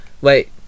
Wait